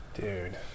Dude